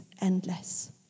endless